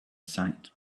sight